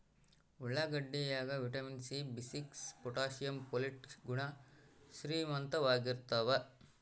ಉಳ್ಳಾಗಡ್ಡಿ ಯಾಗ vitamin C B six potassium folate ಗುಣ ಶ್ರೀಮಂತವಾಗಿರ್ತಾವ